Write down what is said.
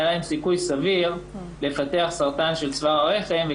להן סיכוי סביר לפתח סרטן של צוואר הרחם,